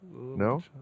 No